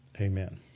Amen